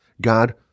God